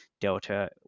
delta